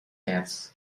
cats